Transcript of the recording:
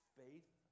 faith